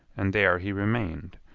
and there he remained,